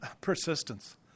persistence